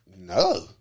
No